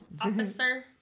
officer